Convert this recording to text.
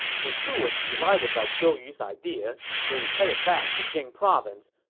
lu su was delighted by zhou yu's idea, so he headed back to jing province.